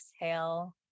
exhale